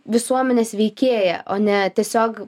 visuomenės veikėja o ne tiesiog